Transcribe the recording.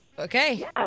Okay